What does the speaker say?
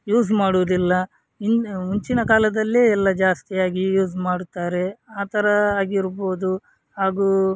use ಮಾಡುವುದಿಲ್ಲ ಹಿಂದೆ ಮುಂಚಿನ ಕಾಲದಲ್ಲೆ ಎಲ್ಲ ಜಾಸ್ತಿಯಾಗಿ ಯೂಸ್ ಮಾಡುತ್ತಾರೆ ಆ ಥರ ಆಗಿರ್ಬೋದು ಹಾಗು